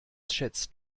schätzt